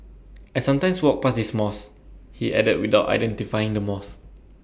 I sometimes walk past this mosque he added without identifying the mosque